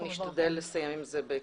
אנחנו נשתדל לסייע עם זה בהקדם.